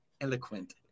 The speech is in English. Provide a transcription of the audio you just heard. Eloquent